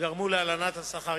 שגרמו להלנת השכר.